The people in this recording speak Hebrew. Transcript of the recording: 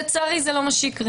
לצערי זה לא מה שיקרה.